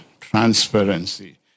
transparency